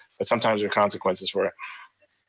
but sometimes there are consequences for it.